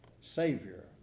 Savior